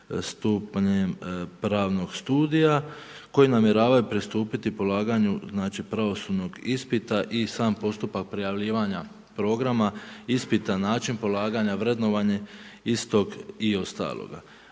stupnjem pravnog studija koji namjeravaju pristupiti polaganju znači pravosudnog ispita i sam postupak prijavljivanja programa ispita, način polaganja, vrednovanje istog i ostaloga.